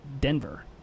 Denver